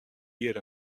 hjir